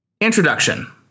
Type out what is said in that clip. Introduction